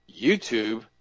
YouTube